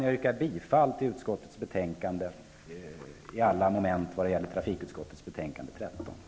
Jag yrkar bifall till alla moment i hemställan i trafikutskottets betänkande nr 13.